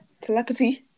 telepathy